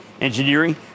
Engineering